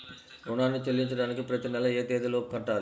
రుణాన్ని చెల్లించడానికి ప్రతి నెల ఏ తేదీ లోపు కట్టాలి?